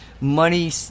money